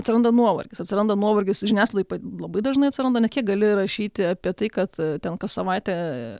atsiranda nuovargis atsiranda nuovargis žiniasklaidoj labai dažnai atsiranda ne kiek gali rašyti apie tai kad ten kas savaitę